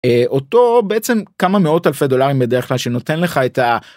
אותו בעצם כמה מאות אלפי דולרים בדרך כלל שנותן לך את ה.